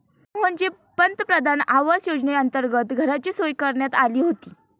मोहनची पंतप्रधान आवास योजनेअंतर्गत घराची सोय करण्यात आली होती